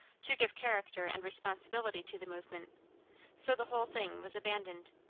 to give character and responsibility to the movement so the whole thing was abandoned.